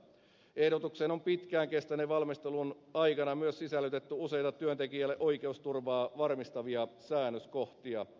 ehdotukseen on pitkään kestäneen valmistelun aikana myös sisällytetty useita työntekijöiden oikeusturvaa varmistavia säännöskohtia